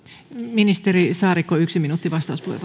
ministeri saarikko yksi minuutti